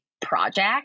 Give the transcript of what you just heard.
project